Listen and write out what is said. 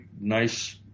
nice